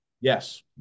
Yes